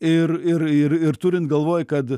ir ir ir ir turint galvoj kad